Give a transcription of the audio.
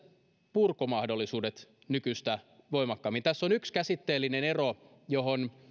purkumahdollisuudet nykyistä voimakkaammin tässä on yksi käsitteellinen ero johon